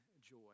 joy